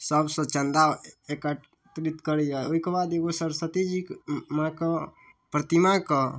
सबसँ चन्दा एकत्रित करैय ओहिके बाद एगो सरस्वती जीके माँके प्रतिमाके